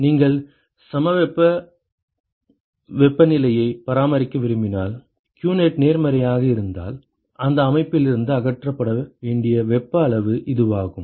நீங்கள் சமவெப்ப வெப்பநிலையை பராமரிக்க விரும்பினால் qnet நேர்மறையாக இருந்தால் அந்த அமைப்பிலிருந்து அகற்றப்பட வேண்டிய வெப்ப அளவு இதுவாகும்